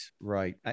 Right